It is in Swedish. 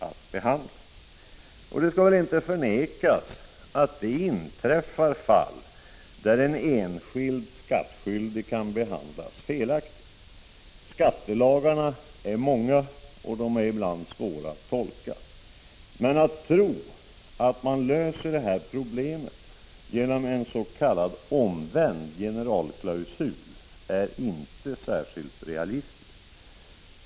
Det skall inte förnekas att det inträffar fall där en enskild skattskyldig behandlas felaktigt. Skattelagarna är många och ibland svåra att tolka. Men att tro att problemet löses genom en s.k. omvänd generalklausul är inte särskilt realistiskt.